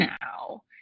now